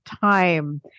time